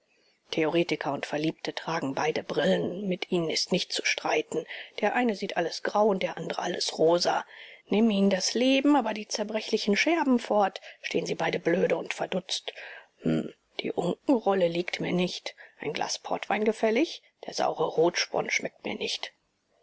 theoretiker und verliebte tragen beide brillen mit ihnen ist nicht zu streiten der eine sieht alles grau und der andere alles rosa nimmt ihnen das leben aber die zerbrechlichen scherben fort stehen sie beide blöde und verdutzt hm die unkenrolle liegt mir nicht ein glas portwein gefällig der saure rotspon schmeckt mir nicht